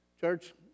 church